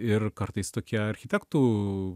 ir kartais tokie architektų